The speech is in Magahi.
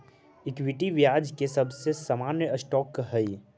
इक्विटी ब्याज के सबसे सामान्य स्टॉक हई